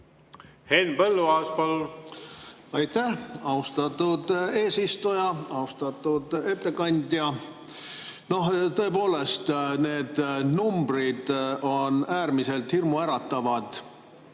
Henn Põlluaas, palun! Aitäh, austatud eesistuja! Austatud ettekandja! Tõepoolest, need numbrid on äärmiselt hirmuäratavad